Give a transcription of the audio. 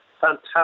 fantastic